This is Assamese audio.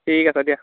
ঠিক আছে দিয়া